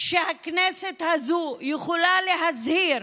שהכנסת הזאת יכולה להזהיר,